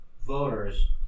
voters